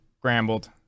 scrambled